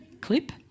clip